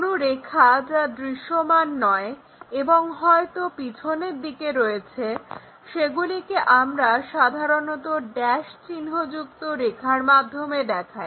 কোনো রেখা যা দৃশ্যমান নয় এবং হয়তো পিছনের দিকে রয়েছে সেগুলিকে আমরা সাধারণত ড্যাস চিহ্নযুক্ত রেখার মাধ্যমে দেখাই